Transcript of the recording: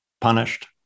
punished